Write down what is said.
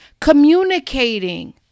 communicating